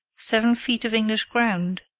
seven feet of english ground,